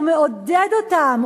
הוא מעודד אותם,